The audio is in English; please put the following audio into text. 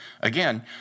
Again